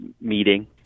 meeting